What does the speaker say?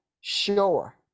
sure